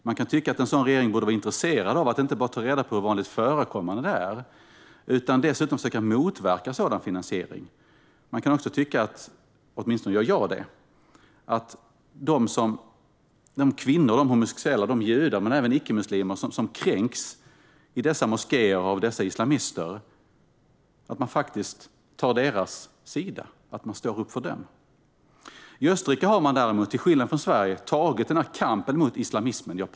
Man kan tycka att en sådan regering borde vara intresserad av att inte bara ta reda på hur vanligt förekommande detta är utan dessutom försöka motverka sådan finansiering. Man kan också tycka - åtminstone gör jag det - att man ska ta parti för och ställa sig på samma sida som de kvinnor, homosexuella, judar men även icke-muslimer som kränks i dessa moskéer av dessa islamister. I Österrike har man däremot, till skillnad från i Sverige, tagit kampen mot islamismen på största allvar.